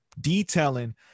detailing